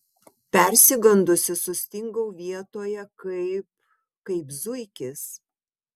persigandusi sustingau vietoje kaip kaip zuikis